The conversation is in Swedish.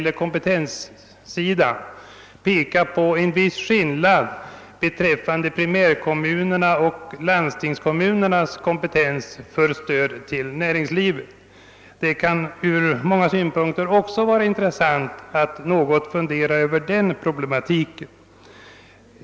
Vi kan i det sammanhanget peka på en viss skillnad mellan primärkommunerna och landstingen beträffande kompetensen att lämna stöd åt näringslivet. Det kan från många synpunkter vara intressant att fundera något också över den problematiken.